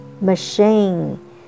Machine